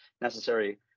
necessary